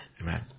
Amen